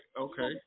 okay